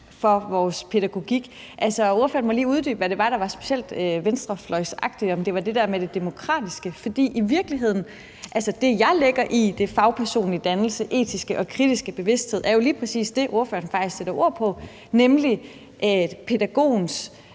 for vores pædagogik. Altså, ordføreren må lige uddybe, hvad det var, der var specielt venstrefløjsagtigt, altså om det var det der med det demokratiske. For det, jeg lægger i den fagpersonlige dannelse, den etiske og kritiske bevidsthed, er jo lige præcis det, ordføreren faktisk sætter ord på, nemlig pædagogens